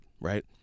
right